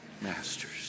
masters